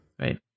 Right